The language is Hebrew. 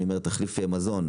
תחליף מזון,